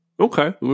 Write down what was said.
okay